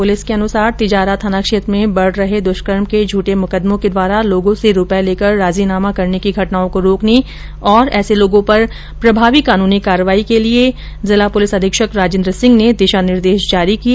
police के अनुसार तिजारा थाना क्षेत्र में बढ़ रहे दुष्कर्म के झूंठे मुकदमों के द्वारा लोगों से रूपये लेकर राजीनामा करने की घटनाओं को रोकने तथा ऐसे लोगों पर प्रभावी कानूनी कार्यवाही के लिये जिला पुलिस अधीक्षक राजेन्द्र सिंह ने दिशा निर्देश दिए